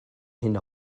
hyn